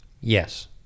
Yes